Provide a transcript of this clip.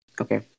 okay